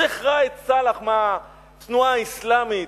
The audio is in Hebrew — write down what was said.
השיח' ראאד סלאח מהתנועה האסלאמית,